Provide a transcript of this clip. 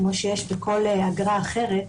כמו שיש בכל אגרה אחרת.